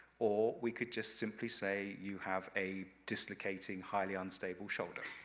or we could just simply say you have a dislocating, highly unstable shoulder.